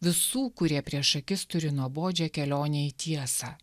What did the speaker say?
visų kurie prieš akis turi nuobodžią kelionę į tiesą